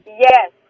Yes